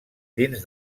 dins